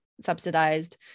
subsidized